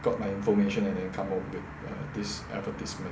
got my information and then come up with err this advertisement